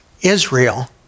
Israel